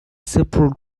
super